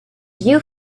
you